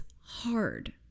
hard